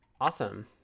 Awesome